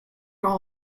all